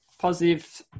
positive